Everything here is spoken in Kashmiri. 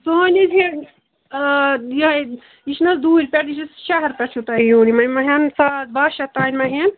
سٲنۍ حظ ہٮ۪ن ٲں یہَے یہِ چھِنَہ حظ دوٗرِ پٮ۪ٹھ یہِ چھُ شہرٕ پٮ۪ٹھ چھُ تۄہہِ یُن یِم ما ہٮ۪ن ساس باہ شٮ۪تھ تانی ما ہٮ۪ن